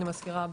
אני מזכירה,